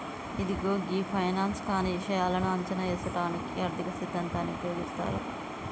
ఇదిగో గీ ఫైనాన్స్ కానీ ఇషాయాలను అంచనా ఏసుటానికి ఆర్థిక సిద్ధాంతాన్ని ఉపయోగిస్తారు